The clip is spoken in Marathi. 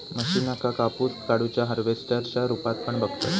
मशीनका कापूस काढुच्या हार्वेस्टर च्या रुपात पण बघतत